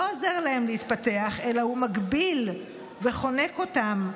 עוזר להם להתפתח אלא הוא מגביל וחונק אותם,